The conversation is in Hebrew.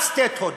אז בסדר.